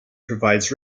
provides